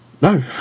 No